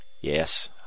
Yes